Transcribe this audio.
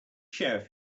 sheriff